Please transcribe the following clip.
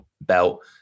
belt